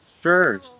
sure